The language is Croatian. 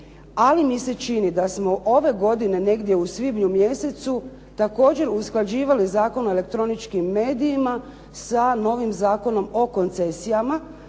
ali mi se čini da smo ove godine negdje u svibnju mjesecu također usklađivali Zakon o elektroničkim medijima sa novim Zakonom o koncesijama